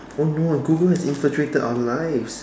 oh no Google has infiltrated our lives